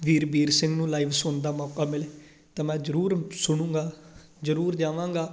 ਵੀਰ ਬੀਰ ਸਿੰਘ ਨੂੰ ਲਾਈਵ ਸੁਣਨ ਦਾ ਮੌਕਾ ਮਿਲੇ ਤਾਂ ਮੈਂ ਜ਼ਰੂਰ ਸੁਣੂਗਾ ਜ਼ਰੂਰ ਜਾਵਾਂਗਾ